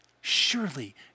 Surely